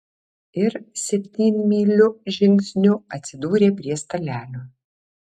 ir septynmyliu žingsniu atsidūrė prie stalelio